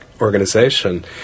organization